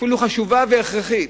אפילו חשובה והכרחית.